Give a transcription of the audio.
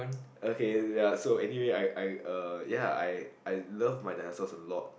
okay ya so anyway I I uh ya I I love my dinosaurs a lot